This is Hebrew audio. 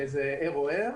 שזה ה-RER.